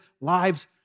lives